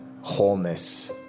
wholeness